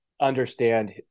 understand